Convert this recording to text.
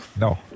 No